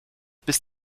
bis